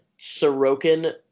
Sorokin